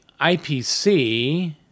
IPC